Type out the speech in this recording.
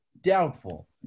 Doubtful